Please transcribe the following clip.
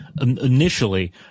initially